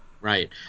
right